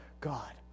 God